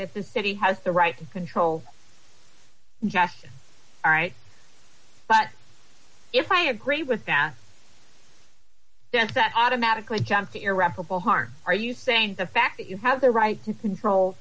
that the city has the right to control jack right but if i agree with that does that automatically jockey irreparable harm are you saying the fact that you have the right to control